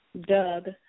Doug